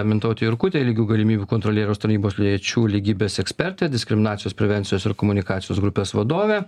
mintautė jurkutė lygių galimybių kontrolieriaus tarnybos lyčių lygybės ekspertė diskriminacijos prevencijos ir komunikacijos grupės vadovė